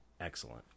excellent